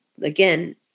again